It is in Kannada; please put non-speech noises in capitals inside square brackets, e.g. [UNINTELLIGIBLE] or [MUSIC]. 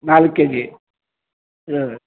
ನಾಲ್ಕು ಕೆಜಿ [UNINTELLIGIBLE]